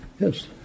Yes